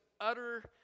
utter